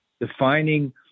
defining